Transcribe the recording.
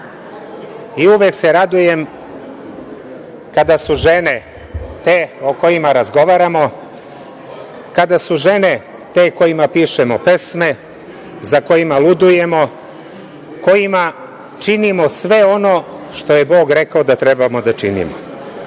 i uvek se radujem kada su žene te o kojima razgovaramo, kada su žene te kojima pišu pesme, za kojima ludujemo, kojima činimo sve ono što je Bog rekao da treba da činimo.